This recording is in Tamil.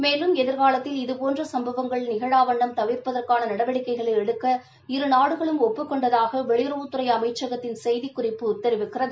மேலும் எதிர்காலத்தில் இதுபோன்ற சம்பவங்கள் நிகழவண்ணம் தவிர்ப்பதற்கான நடவடிக்கைகைள எடுக்க இரு நாடுகளும் ஒப்புக் கொண்டதாக வெளியுறவுத்துறை அமைச்சகத்தின் செய்திக்குறிப்பு தெரிவிக்கிறது